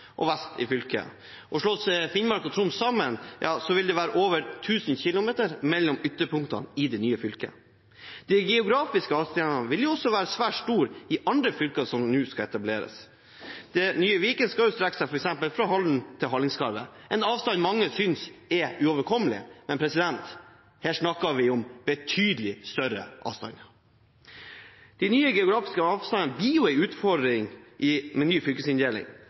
og vest i fylket. Slås Finnmark og Troms sammen, vil det være over 1 000 km mellom ytterpunktene i det nye fylket. De geografiske avstandene vil også være svært store i andre fylker som nå skal etableres. Det nye Viken, f.eks., skal strekke seg fra Halden til Hallingskarvet, en avstand mange synes er uoverkommelig. Men her snakker vi om betydelig større avstander. De nye geografiske avstandene blir en utfordring med ny fylkesinndeling.